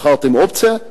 בחרתם אופציה.